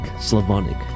Slavonic